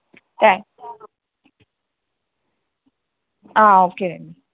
thanks okay అండి